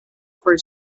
for